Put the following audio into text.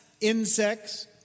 insects